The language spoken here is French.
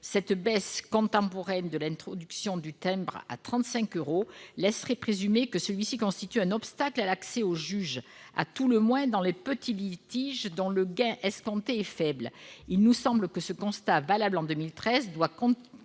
Cette baisse, contemporaine de l'introduction du timbre à 35 euros, laisserait présumer que celui-ci constitue un obstacle à l'accès au juge, à tout le moins dans les petits litiges dont le gain escompté est faible. » Il nous semble que ce constat, valable en 2013, doit continuer